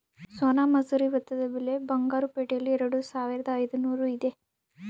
ಸೋನಾ ಮಸೂರಿ ಭತ್ತದ ಬೆಲೆ ಬಂಗಾರು ಪೇಟೆಯಲ್ಲಿ ಎರೆದುಸಾವಿರದ ಐದುನೂರು ಇದೆ